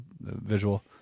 visual